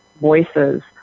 voices